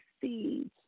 seeds